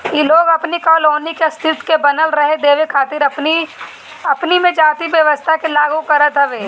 इ लोग अपनी कॉलोनी के अस्तित्व के बनल रहे देवे खातिर अपनी में जाति व्यवस्था के लागू करत हवे